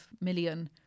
million